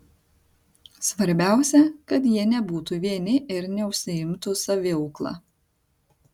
svarbiausia kad jie nebūtų vieni ir neužsiimtų saviaukla